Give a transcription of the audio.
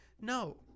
No